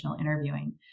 interviewing